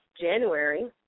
January